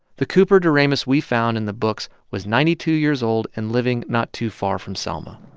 the cooper deramus we found in the books was ninety two years old and living not too far from selma